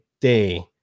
Day